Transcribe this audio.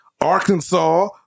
Arkansas